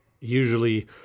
usually –